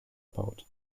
baut